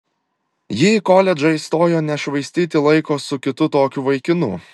ji į koledžą įstojo nešvaistyti laiko su kitu tokiu vaikinu